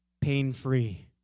pain-free